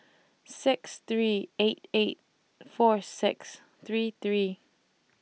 six three eight eight four six three three